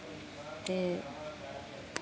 ते